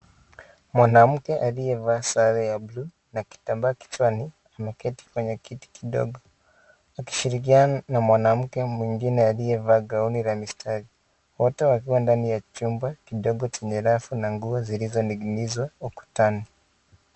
Mwanamke aliye vaa sare ya (cs) blue(cs), na kitambaa kichwani, ameketi kwenye kiti kidogo, akishirikiana na mwanamke mwingine aliyevaa gauni la mistari, wote wakiwa kwenye chumba kidogo chenye rafu na nguo zilizo ninginizwa, ukutani.